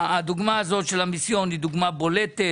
הדוגמה הזאת של המיסיון היא דוגמה בולטת,